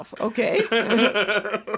Okay